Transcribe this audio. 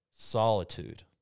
Solitude